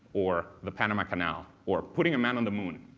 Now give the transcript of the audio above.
or the panama canal, or putting a man on the moon,